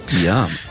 Yum